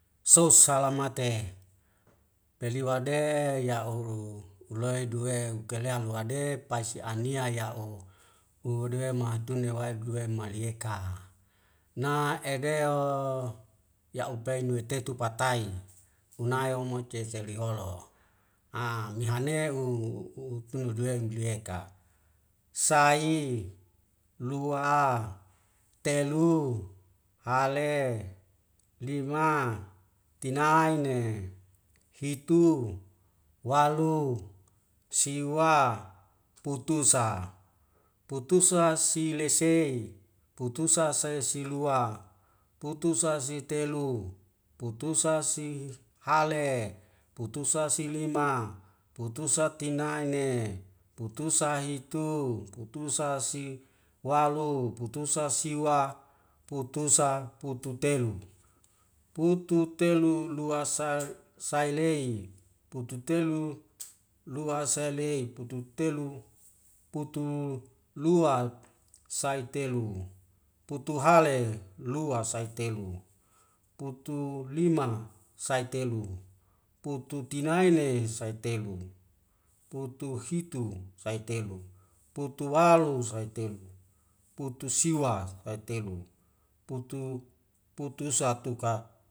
Sosalamate peliwade ya'uhuh uloe duwe ukalean wade pasti ania ya'o uduwe ma'tune wa'aek duwe malieka na edeo ya' upain nuatetu patai unae omo mancia saliholo a mehane u u tundu bleaka sai, lua, telu, hale, lima, tinaene, hitu, walu, siwa, putu sa, putusa silesei, putusa sai silua, putusa si telu, putusa si hale, putusa si lima, putusa tinaene, putusa hitu, putusa si walu, putusa siwa, putusa putu telu, putu telu lua sa sailei, putu telu lua sailei, putu telu putu lua, saitulu, putu hale lua sai telu, putu lima saitelu, putu tinaene saitelu, putu hitu saitelu, putu walu saitelu, putu siwa saitelu, putu satu ka